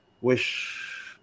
wish